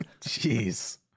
jeez